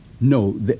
No